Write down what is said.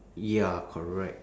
ya correct